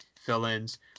fill-ins